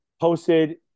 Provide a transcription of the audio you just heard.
Posted